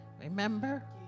remember